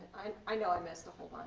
i know i missed a whole